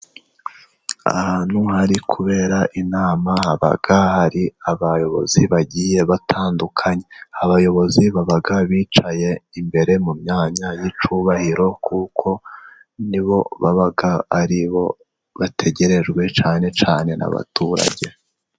Ahantu hari kubera inama haba hari abayobozi bagiye batandukanye, abayobozi baba bicaye imbere mu myanya y'icyubahiro, kuko ni bo baba aribo bategerejwe cyane cyane n'abaturage.